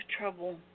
trouble